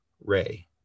Ray